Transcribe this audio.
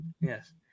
Yes